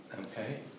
Okay